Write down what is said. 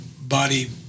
body